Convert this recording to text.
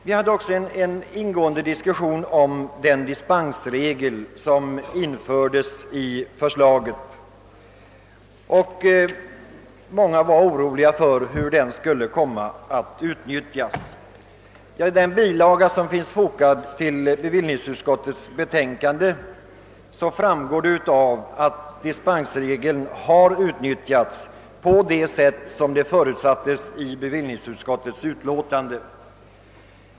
Vi hade förra året också en mycket ingående diskussion om den dispensregel som infördes i förordningen. Många var oroliga för tillämpningen av denna regel. Av den bilaga som fogats till bankoutskottets betänkande framgår, att dispensregeln har utnyttjats på det sätt som förutsattes av bevillningsutskottet.